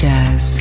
Jazz